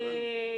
בערך.